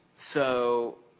so,